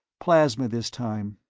plasma, this time.